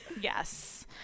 yes